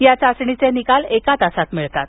या चाचणीचे निकाल एका तासात मिळतात